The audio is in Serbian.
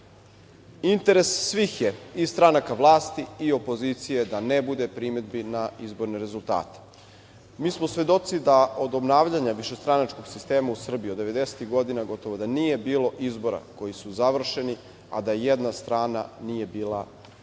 sistem. Interes svih je, i stranaka vlasti i opozicije da ne bude primedbi na izborne rezultate. Mi smo svedoci da od obnavljanja višestranačkog sistema u Srbiji od devedesetih godina, gotovo da nije bilo izbora koji su završeni, a da jedna strana nije bila